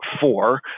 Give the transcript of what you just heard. four